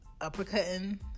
uppercutting